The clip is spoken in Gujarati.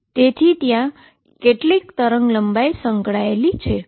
તેથી ત્યાં કેટલીક વેવલન્થ સંકળાયેલી છે